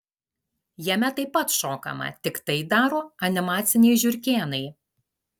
jame taip pat šokama tik tai daro animaciniai žiurkėnai